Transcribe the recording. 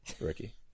Ricky